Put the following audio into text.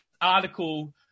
article